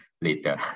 later